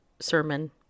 sermon